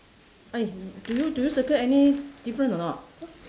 !oi! do you do you circle any difference or not